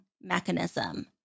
mechanism